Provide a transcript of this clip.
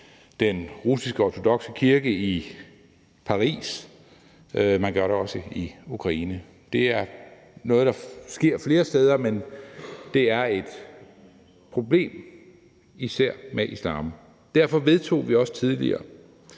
den russiskortodokse kirke i Paris, man gør det også i Ukraine. Det er noget, der sker flere steder, men det er et problem, især med islam. Derfor vedtog vi også tidligere